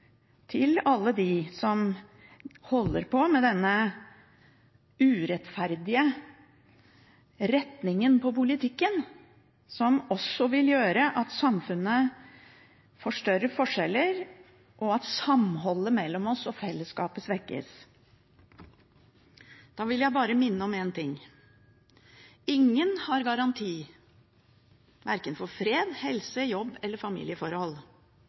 til alle dem som holder på med denne urettferdige retningen på politikken som også vil gjøre at samfunnet får større forskjeller, og at samholdet mellom oss og fellesskapet svekkes – jeg vil bare minne om én ting: Ingen har garanti verken for fred, helse, jobb eller familieforhold,